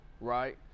right